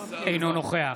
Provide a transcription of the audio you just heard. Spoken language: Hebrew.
אינו נוכח